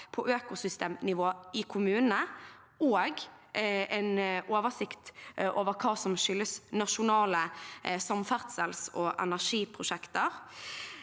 på økosystemnivå i kommunene og en oversikt over hva som skyldes nasjonale samferdsels- og energiprosjekter?